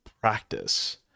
practice